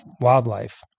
wildlife